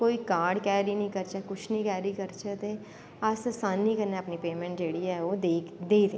कोई card carry नी करचै कुछ नी कैरी करचै ते अस आसानी कन्नै अपनी पेमैंट जेह्ड़ी ऐ ओह् देई सकचै